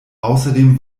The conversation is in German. außerdem